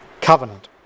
covenant